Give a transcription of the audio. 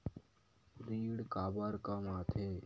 ऋण काबर कम आथे?